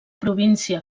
província